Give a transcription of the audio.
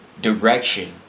direction